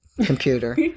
computer